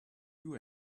you